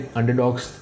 underdogs